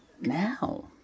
now